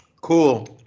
cool